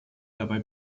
dabei